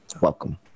welcome